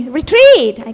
retreat